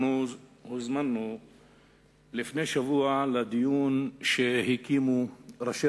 הוזמנו לפני שבוע לדיון שקיימו ראשי